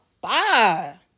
bye